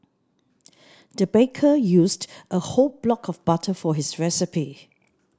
the baker used a whole block of butter for this recipe